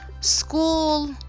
school